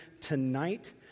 tonight